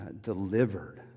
delivered